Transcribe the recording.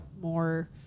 more